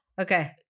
okay